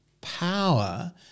power